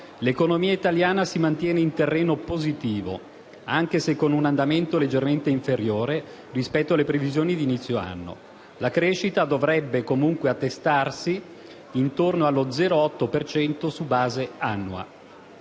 l'economia italiana si mantiene in terreno positivo, anche se con un andamento leggermente inferiore rispetto alle previsioni di inizio anno. La crescita dovrebbe comunque attestarsi intorno allo 0,8 per cento su base annua.